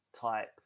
type